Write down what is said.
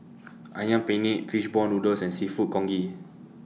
Ayam Penyet Fish Ball Noodles and Seafood Congee